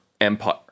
empire